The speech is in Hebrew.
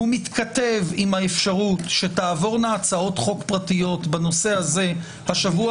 הוא מתכתב עם האפשרות שתעבורנה הצעות חוק פרטיות בנושא הזה השבוע